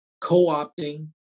co-opting